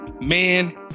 Man